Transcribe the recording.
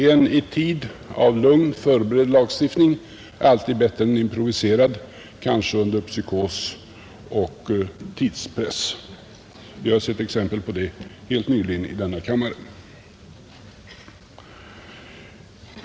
En i tid av lugn förberedd lagstiftning är alltid bättre än en improviserad, kanske under psykos och tidspress. Vi har sett exempel på det helt nyligen i denna kammare.